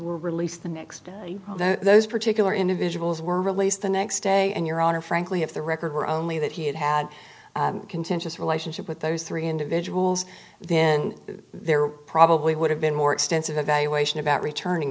were released the next day although those particular individuals were released the next day and your honor frankly if the record were only that he had had a contentious relationship with those three individuals then there probably would have been more extensive evaluation about returning